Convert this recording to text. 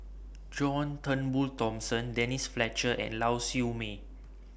John Turnbull Thomson Denise Fletcher and Lau Siew Mei